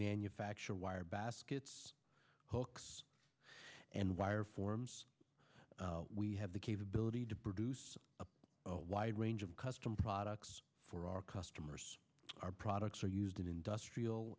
manufacture wire baskets hooks and wire forms we have the capability to produce a wide range of custom products for our customers our products are used in industrial